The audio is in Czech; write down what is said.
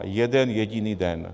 Jeden jediný den.